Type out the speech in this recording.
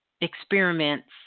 experiments